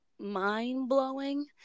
mind-blowing